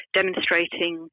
demonstrating